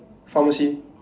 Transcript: pharmacy